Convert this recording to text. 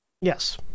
Yes